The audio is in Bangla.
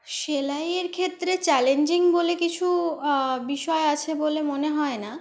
সেলাইয়ের ক্ষেত্রে চ্যালেঞ্জিং বলে কিছু বিষয় আছে বলে মনে হয় না